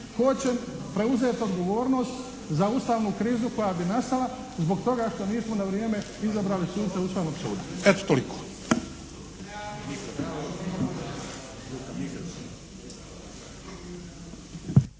Tko će preuzeti odgovornost za ustavnu krizu koja bi nastala zbog toga što nismo na vrijeme izabrali suce Ustavnog suda? Eto toliko.